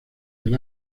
del